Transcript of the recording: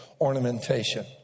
ornamentation